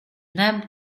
nab